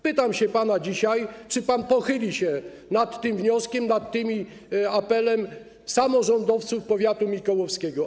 Pytam się pana dzisiaj, czy pochyli się pan nad tym wnioskiem, nad apelem samorządowców powiatu mikołowskiego.